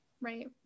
right